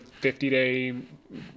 50-day